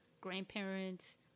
grandparents